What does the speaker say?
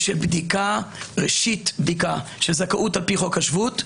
של ראשית בדיקה של זכאות על פי חוק השבות,